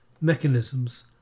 mechanisms